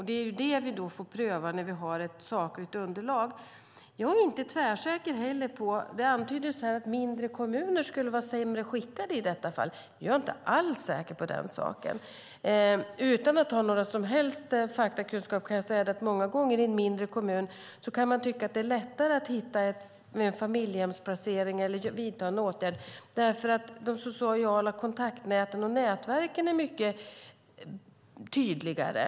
Det är det vi får pröva när vi har ett sakligt underlag. Det antyddes här att mindre kommuner skulle vara sämre skickade i detta fall. Jag är inte alls säker på den saken. Utan att ha någon som helst faktakunskap kan jag säga att man många gånger kan tycka att det är lättare att hitta en familjehemsplacering eller vidta en åtgärd i en mindre kommun eftersom de sociala kontaktnäten och nätverken är mycket tydligare där.